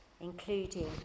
including